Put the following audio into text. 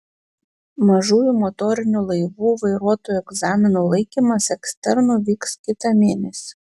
mažųjų motorinių laivų vairuotojų egzaminų laikymas eksternu vyks kitą mėnesį